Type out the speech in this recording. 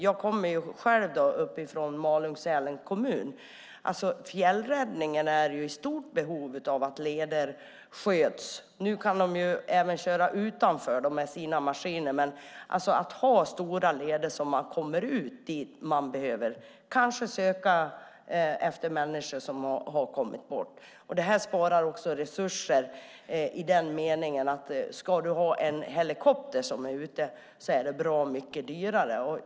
Jag kommer själv från Malung-Sälens kommun, och där är fjällräddningen i stort behov av att leder sköts. Nu kan man köra även utanför leder med sina maskiner, men att ha stora leder för att kunna komma ut dit man behöver komma, kanske för att söka efter människor som har kommit bort, sparar resurser i den meningen att en helikopter är bra mycket dyrare.